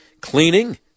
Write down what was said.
cleaning